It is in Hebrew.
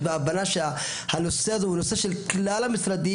וההבנה שהנושא הזה הוא נושא של כלל המשרדים,